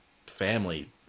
family